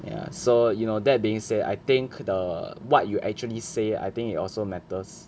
ya so you know that being said I think the what you actually say I think it also matters